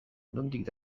nondik